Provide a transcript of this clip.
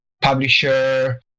publisher